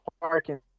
parking